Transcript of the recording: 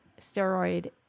steroid